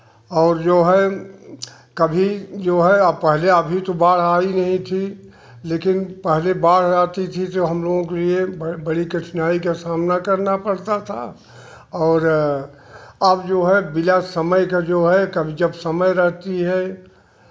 और जो है कभी जो है पहले अभी तो बाढ़ आई नहीं थी लेकिन पहले बाढ़ आती थी तो हम लोगों के लिए बड़ी कठिनाई का सामना करना पड़ता था और अब जो है बिना समय का जो है कब जब समय रहती है